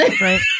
Right